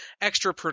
extra